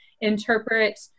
interpret